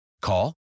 Call